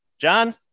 John